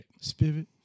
Spirit